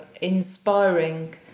inspiring